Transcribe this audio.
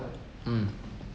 mm